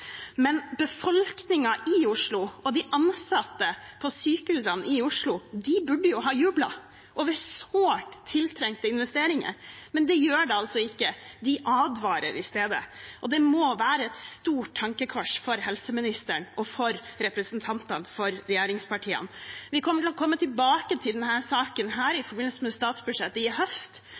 i Oslo og de ansatte ved sykehusene i Oslo burde jo ha jublet over sårt tiltrengte investeringer, men det gjør de altså ikke. De advarer i stedet, og det må være et stort tankekors for helseministeren og representantene for regjeringspartiene. Vi kommer tilbake til denne saken i forbindelse med statsbudsjettet i høst.